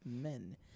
men